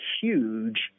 huge